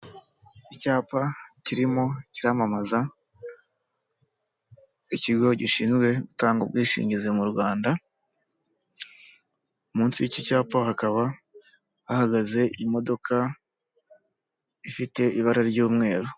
Icyapa kirimo kiramamaza, ikigo gishinzwe gutanga ubwishingizi mu Rwanda, munsi y'iki cyapa hakaba hahagaze imodoka ifite ibara ry'umweru.